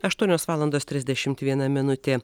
aštuonios valandos trisdešimt viena minutė